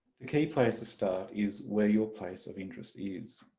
the key place to start is where your place of interest is.